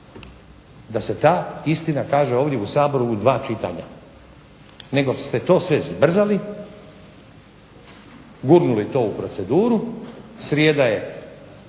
da se ta istina kaže ovdje u Saboru u dva čitanja, nego ste to sve zbrzali, gurnuli to u proceduru, srijeda je